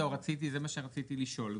אז זהו, זה מה שרציתי לשאול.